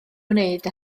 gwneud